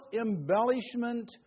embellishment